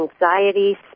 anxiety